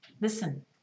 Listen